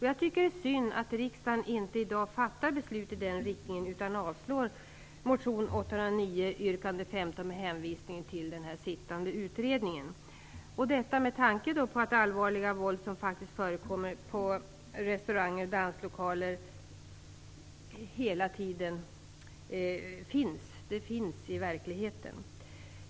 Jag tycker att det är synd att riksdagen inte i dag fattar beslut i den riktningen utan avslår motion 809 yrkande 15 med hänvisning till den sittande utredningen - detta med tanke på att det allvarliga våld som förekommer på restauranger och danslokaler hela tiden finns i verkligheten.